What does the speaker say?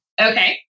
okay